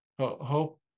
Hope